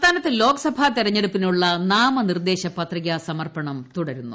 സംസ്ഥാനത്ത് ലോക്സഭാ തെരഞ്ഞെടുപ്പിനുള്ള നാമനിർദ്ദേശ പത്രിക സമർപ്പണം തുടരുന്നു